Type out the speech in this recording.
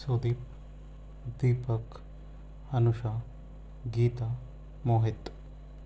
Sudeep Deepak Anusha Geeta Mohit